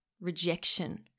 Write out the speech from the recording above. rejection